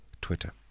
Twitter